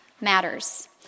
matters